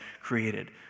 created